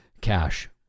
cash